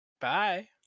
Bye